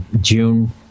June